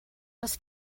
les